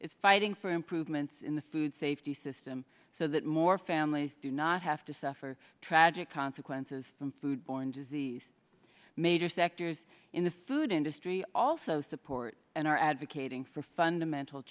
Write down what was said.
is fighting for improvements in the food safety system so that more families do not have to suffer tragic consequences from food borne disease major sectors in the food industry also support and are advocating for fundamental